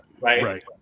Right